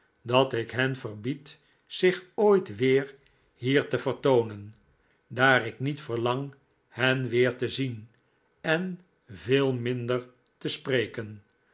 dat ik hen verbied zich ooit weer hierte vcrtoonen daar ik niet verlang hen weer te zien en veel minder te spreken